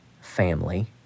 family